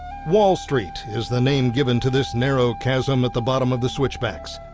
wall street is the name given to this narrow chasm at the bottom of the switchbacks.